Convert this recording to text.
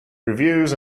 reviews